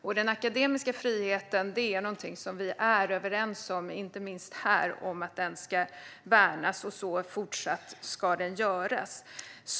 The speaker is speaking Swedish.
Att den akademiska friheten ska värnas är något vi är överens om, inte minst här, och det ska fortsatt göras.